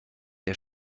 der